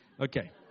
Okay